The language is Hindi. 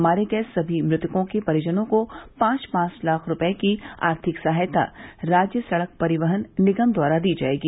मारे गये सभी मृतकों के परिजनों को पांच पांच लाख रूपये की आर्थिक सहायता राज्य सड़क परिवहन निगम द्वारा दी जायेगी